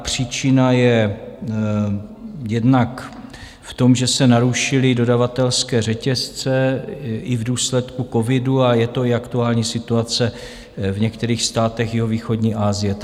Příčina je jednak v tom, že se narušily dodavatelské řetězce i v důsledku covidu a je to i aktuální situace v některých státech jihovýchodní Asie.